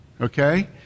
Okay